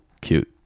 cute